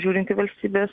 žiūrint į valstybės